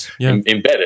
embedded